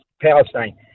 Palestine